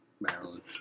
Maryland